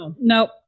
Nope